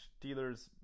dealers